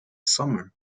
summer